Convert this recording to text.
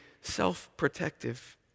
self-protective